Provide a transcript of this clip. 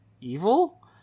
evil